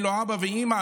אין לו אבא ואימא,